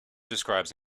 describes